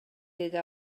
деди